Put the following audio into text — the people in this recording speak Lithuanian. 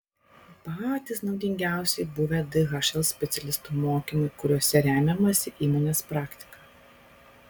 patys naudingiausi buvę dhl specialistų mokymai kuriuose remiamasi įmonės praktika